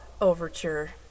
Overture